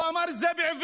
הוא אמר את זה בעברית.